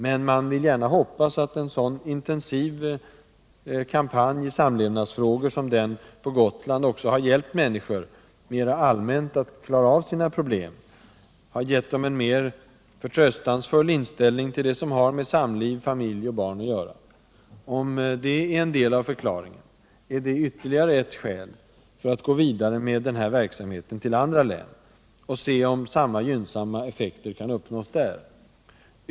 Men man vill gärna hoppas att en sådan intensiv samlevnadskampanj som den på Gotland också har hjälpt människor mer allmänt att klara av sina samlevnadsproblem samt givit dem en mer förtröstansfull inställning till det som har med samliv, familj och barn att göra. Om det är en del av förklaringen, är det ytterligare ett skäl för att gå vidare med den här verksamheten till andra län och se om samma gynnsamma effekter kan uppnås där.